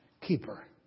keeper